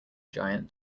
giant